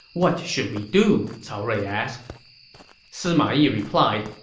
what should we do? cao rui asked sima yi replied,